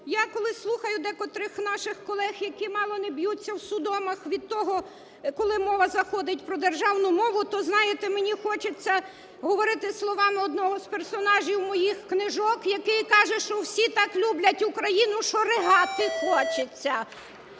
Я коли слухаю декотрих наших колег, які мало не б'ються в судомах від того, коли мова заходить про державну мову, то знаєте, мені хочеться говорити словами одного з персонажів моїх книжок, який каже, що "всі так люблять Україну, що ригати хочеться".